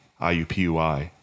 IUPUI